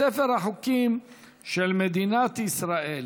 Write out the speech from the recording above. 47 בעד, אין מתנגדים, אין נמנעים.